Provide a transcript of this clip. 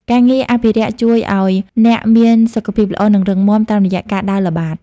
ការងារអភិរក្សជួយឱ្យអ្នកមានសុខភាពល្អ និងរឹងមាំ តាមរយៈការដើរល្បាត។